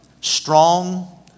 strong